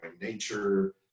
nature